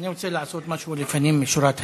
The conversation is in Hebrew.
אני רוצה לעשות משהו לפנים משורת הדין.